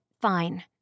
fine